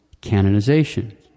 canonization